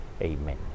Amen